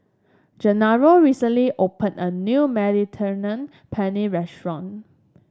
Genaro recently opened a new Mediterranean Penne Restaurant